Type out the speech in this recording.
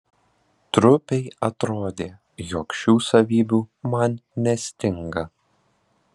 trupei atrodė jog šių savybių man nestinga